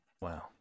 Wow